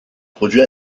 produit